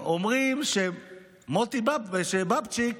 ואומרים שמוטי בבצ'יק